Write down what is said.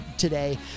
today